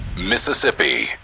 mississippi